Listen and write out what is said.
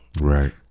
Right